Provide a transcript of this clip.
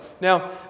Now